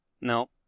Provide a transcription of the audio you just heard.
No